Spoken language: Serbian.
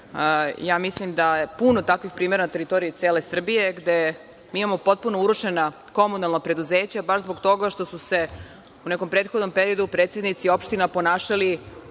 Mislim da je puno takvih primera na teritoriji cele Srbije, gde mi imamo potpuno urušena komunalna preduzeća baš zbog toga što su se u nekom prethodnom periodu predsednici opština ponašali